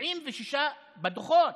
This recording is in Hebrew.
76 בדוחות,